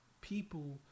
people